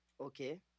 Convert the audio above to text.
Okay